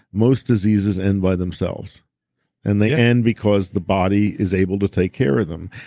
most diseases end by themselves and they end because the body is able to take care of them.